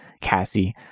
Cassie